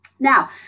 Now